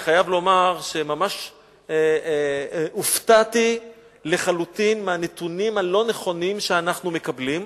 אני חייב לומר שממש הופתעתי לחלוטין מהנתונים הלא-נכונים שאנחנו מקבלים,